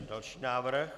Další návrh?